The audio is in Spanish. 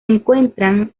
encuentran